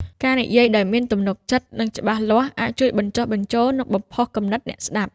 ការនិយាយដោយមានទំនុកចិត្ត និងច្បាស់លាស់ អាចជួយបញ្ចុះបញ្ចូល និងបំផុសគំនិតអ្នកស្តាប់។